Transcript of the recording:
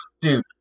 dude